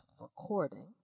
recording